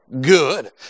good